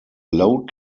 load